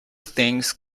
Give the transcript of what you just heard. things